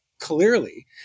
clearly